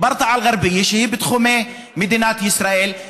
וברטעה אל-גרבייה היא בתחומי מדינת ישראל,